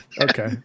Okay